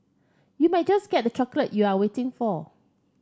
you might just get that chocolate you are waiting for